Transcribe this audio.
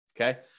Okay